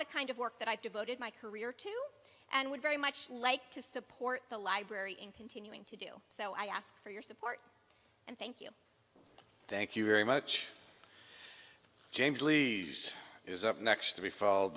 the kind of work that i've devoted my career to and would very much like to support the library in continuing to do so i ask for your support and thank you thank you very much james lee is up next to be followed